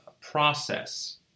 process